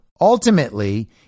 Ultimately